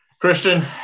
christian